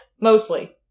Mostly